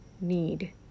need